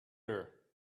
her